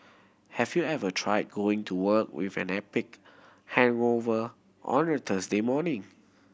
have you ever tried going to work with an epic hangover on a Thursday morning